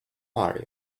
worry